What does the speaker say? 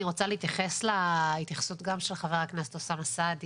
אני רוצה להתייחס להתייחסות של חבר הכנסת אוסאמה סעדי